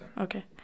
Okay